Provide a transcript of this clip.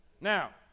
Now